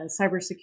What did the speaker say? cybersecurity